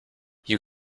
you